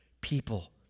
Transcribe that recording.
people